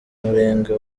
murenge